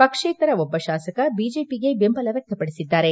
ಪಕ್ಷೇತರ ಒಬ್ಬ ಶಾಸಕ ಬಿಜೆಪಿಗೆ ಬೆಂಬಲ ವ್ಯಕ್ತಪಡಿಸಿದ್ದಾರೆ